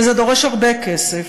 וזה דורש הרבה כסף,